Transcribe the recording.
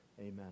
Amen